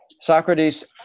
Socrates